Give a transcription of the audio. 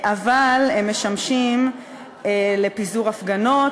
אבל הם משמשים לפיזור הפגנות,